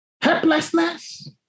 helplessness